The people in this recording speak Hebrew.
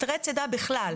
היתרי צידה בכלל.